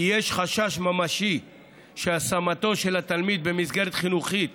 כי יש חשש ממשי שהשמתו של התלמיד במסגרת חינוכית